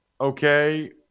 okay